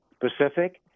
Pacific